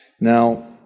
Now